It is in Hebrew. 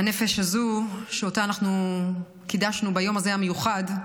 והנפש הזו שאותה אנחנו קידשנו ביום המיוחד הזה,